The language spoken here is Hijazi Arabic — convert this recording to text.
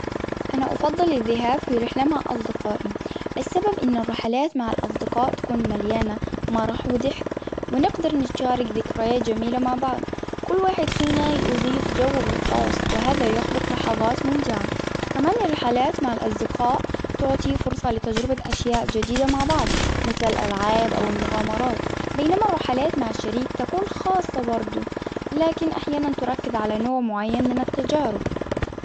أنا أفضل الذهاب في رحلة مع أصدقائي، السبب أن الرحلات مع الأصدقاء تكون مليانة مرح وضحك، ونقدر نستشارك ذكريات جميلة مع بعض، كل واحد فينا يضيف جوه الخاص، وهذا يخلق لحظات ممتعة، كمان للرحلات مع الأصدقاء تعطي فرصة لتجربة أشياء جديدة مع بعض مثل الالعاب أو المغامرات، بينما الرحلات مع الشريك تكون خاصة برضه، لكن أحيانا تركز على نوع معين من التجارب.